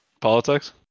politics